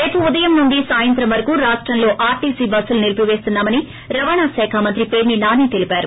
రేపు ఉదయం నుంచి సాయంత్రం వరకూ రాష్టంలో ఆర్టీసీ బస్సులు నిలిపివేస్తున్నామని రవాణా శాఖ మంత్రి పేర్పి నాని తెలిపారు